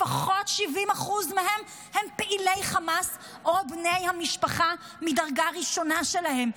שלפחות 70% מהם הם פעילי חמאס או בני המשפחה מדרגה ראשונה שלהם.